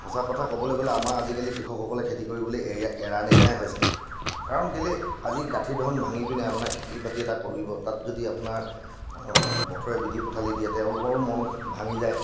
সঁচা কথা ক'বলৈ গ'লে আমাৰ আজিকালি কৃষকসকলে খেতি কৰিবলৈ এৰি এৰা নিচিনাই হৈছে কাৰণ কেলৈ আজি গাঁঠিৰ ধন ভাঙি পিনে আপোনাৰ খেতি বাতি এটা কৰিব তাত যদি আপোনাৰ বতৰে বিধি পথালি দিয়ে তেওঁলোকৰো মন ভাঙি যায়